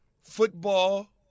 football